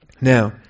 Now